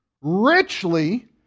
richly